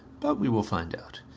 but we will find out.